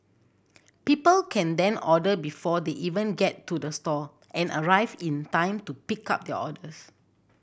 people can then order before they even get to the store and arrive in time to pick up their orders